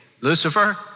Lucifer